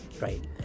right